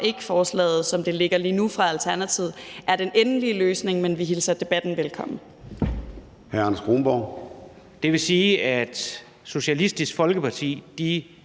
side, som det ligger lige nu, er den endelige løsning, men vi hilser debatten velkommen.